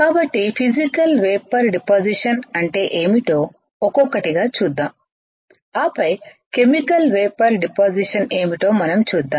కాబట్టి physical vapour deposition అంటే ఏమిటో ఒక్కొక్కటిగా చూద్దాం ఆపై కెమికల్ వేపర్ డిపాసిషన్ ఏమిటో మనం చూద్దాం